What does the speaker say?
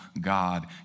God